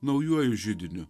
naujuoju židiniu